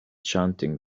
chanting